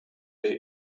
the